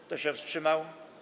Kto się wstrzymał?